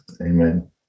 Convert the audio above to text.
Amen